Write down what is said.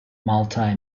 multi